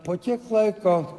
po kiek laiko